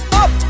up